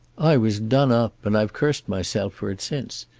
i was done up, and i've cursed myself for it since,